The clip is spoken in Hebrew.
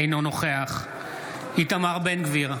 אינו נוכח איתמר בן גביר,